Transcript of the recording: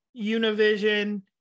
Univision